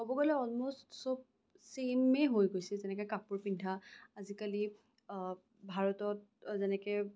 ক'ব গলে অলম'ষ্ট সব চেইমেই হৈ গৈছে যেনেকে কাপোৰ পিন্ধা আজিকালি ভাৰতত যেনেকে